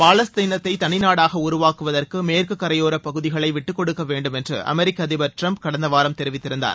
பாலஸ்தீனத்தை தனி நாடாக உருவாக்குவதற்கு மேற்கு கரையோர பகுதிகளை விட்டுக்கொடுக்க வேண்டும் என்று அமெரிக்க அதிபர் டிரம்ப் கடந்த வாரம் தெரிவித்திருந்தார்